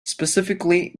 specifically